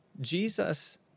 Jesus